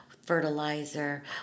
fertilizer